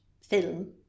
film